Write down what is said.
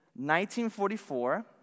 1944